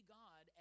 god